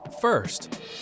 First